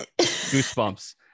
Goosebumps